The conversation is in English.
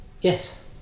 yes